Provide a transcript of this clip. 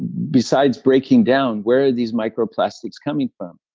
besides breaking down, where are these microplastics coming from?